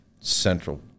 central